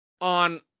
on